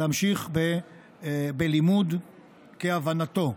להמשיך בלימוד כהבנתו.